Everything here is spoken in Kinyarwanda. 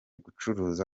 gucuruza